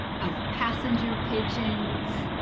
of passenger pigeons,